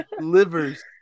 Livers